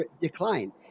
decline